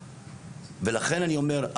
לכן אני אומר,